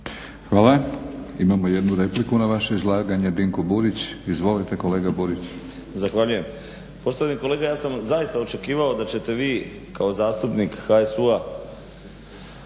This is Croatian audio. Hvala. Imamo jednu repliku na vaše izlaganje, Dinko Burić. Izvolite kolega Burić. **Burić, Dinko (HDSSB)** Zahvaljujem. Poštovani kolega ja sam zaista očekivao da ćete vi kao zastupnika HSU-a,